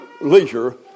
leisure